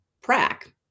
prac